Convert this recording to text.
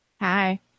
Hi